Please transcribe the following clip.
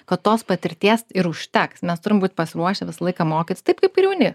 kad tos patirties ir užteks mes turim būt pasiruošę visą laiką mokytis taip kaip ir jauni